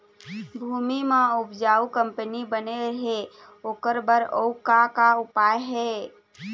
भूमि म उपजाऊ कंपनी बने रहे ओकर बर अउ का का उपाय हे?